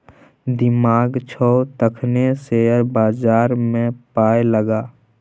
दिमाग छौ तखने शेयर बजारमे पाय लगा